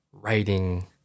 writing